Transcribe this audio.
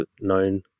known